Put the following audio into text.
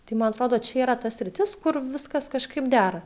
tai man atrodo čia yra ta sritis kur viskas kažkaip dera